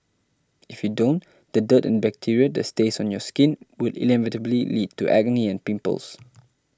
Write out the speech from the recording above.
if you don't the dirt and bacteria that stays on your skin will inevitably lead to acne and pimples